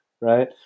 right